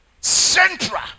Central